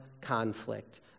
conflict